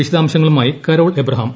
വിശദാംശങ്ങളുമായി കരോൾ അബ്രഹാം